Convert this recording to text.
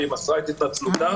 היא מסרה את התנצלותה.